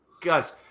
guys